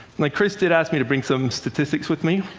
like chris did ask me to bring some statistics with me,